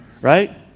right